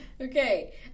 Okay